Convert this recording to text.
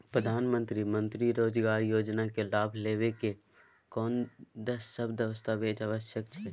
प्रधानमंत्री मंत्री रोजगार योजना के लाभ लेव के कोन सब दस्तावेज आवश्यक छै?